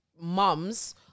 mums